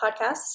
podcasts